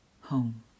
home